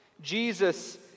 Jesus